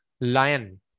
lion